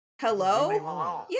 hello